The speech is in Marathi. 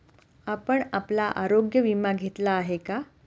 आपण आपला आरोग्य विमा घेतला आहे का?